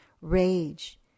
rage